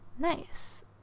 nice